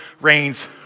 reigns